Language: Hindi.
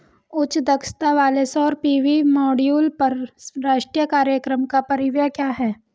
उच्च दक्षता वाले सौर पी.वी मॉड्यूल पर राष्ट्रीय कार्यक्रम का परिव्यय क्या है?